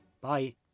Bye